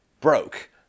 broke